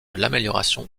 l’amélioration